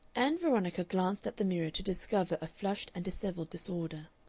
ann veronica glanced at the mirror to discover a flushed and dishevelled disorder.